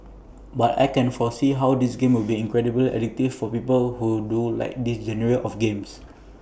but I can foresee how this game will be incredibly addictive for people who do like this genre of games